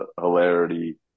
hilarity